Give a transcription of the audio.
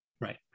Right